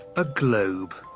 a globe.